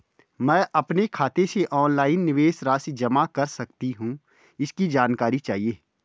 मैं अपने खाते से ऑनलाइन निवेश राशि जमा कर सकती हूँ इसकी जानकारी चाहिए?